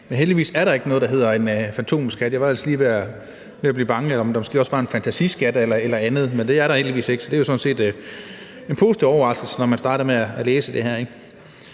Men heldigvis er der ikke noget, der hedder en fantomskat – jeg var ellers lige ved at blive bange for, at der også var en fantasiskat eller andet. Men det er der heldigvis ikke, så det er jo sådan set en positiv overraskelse, i forhold til når man starter med at læse det her.